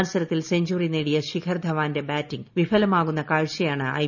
മത്സരത്തിൽ സെഞ്ചറി നേടിയ ശിഖർ ധവാന്റെ ബാറ്റിംഗ് വിഫലമാകുന്ന കാഴ്ചയാണ് ഐ